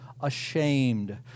ashamed